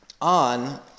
on